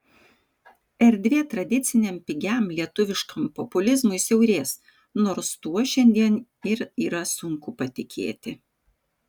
erdvė tradiciniam pigiam lietuviškam populizmui siaurės nors tuo šiandien ir yra sunku patikėti